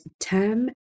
term